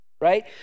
Right